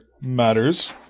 matters